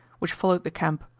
which followed the camp,